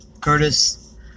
Curtis